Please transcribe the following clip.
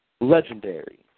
Legendary